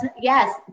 Yes